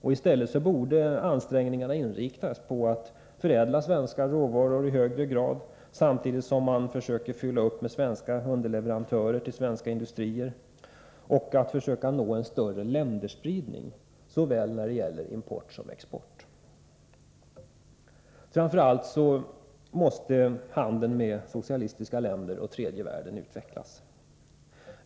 I stället borde ansträngningarna inriktas på att förädla svenska råvaror i högre grad samtidigt som man försöker fylla upp med svenska underleverantörer till svensk industri och nå en större spridning när det gäller såväl export som import. Framför allt måste handeln med socialistiska länder och tredje världen utvecklas.